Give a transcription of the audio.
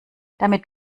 damit